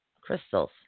crystals